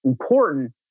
important